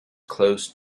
close